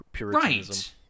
right